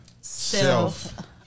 self